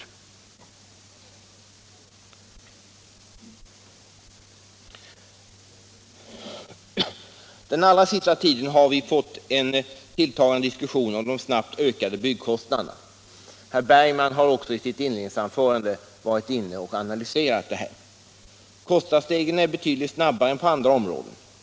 Under den allra senaste tiden har vi fått en tilltagande diskussion om de snabbt ökande byggkostnaderna. Herr Bergman analyserade problemet i sitt inledningsanförande. Kostnadsstegringen är betydligt snabbare än på andra områden.